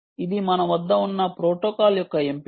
ఇది మన వద్ద ఉన్న ప్రోటోకాల్ యొక్క ఎంపిక